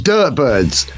Dirtbirds